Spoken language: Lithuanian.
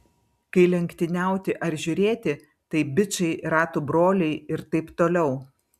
kai lenktyniauti ar žiūrėti tai bičai ratų broliai ir taip toliau